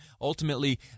Ultimately